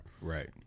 right